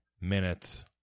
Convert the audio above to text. minutes